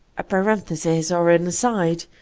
a parenthesis or an aside,